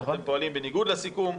אתם פועלים בניגוד לסיכום.